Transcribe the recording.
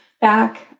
back